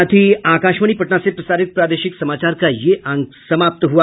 इसके साथ ही आकाशवाणी पटना से प्रसारित प्रादेशिक समाचार का ये अंक समाप्त हुआ